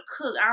cook